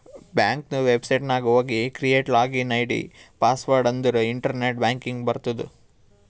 ಬ್ಯಾಂಕದು ವೆಬ್ಸೈಟ್ ನಾಗ್ ಹೋಗಿ ಕ್ರಿಯೇಟ್ ಲಾಗಿನ್ ಐ.ಡಿ, ಪಾಸ್ವರ್ಡ್ ಅಂದುರ್ ಇಂಟರ್ನೆಟ್ ಬ್ಯಾಂಕಿಂಗ್ ಬರ್ತುದ್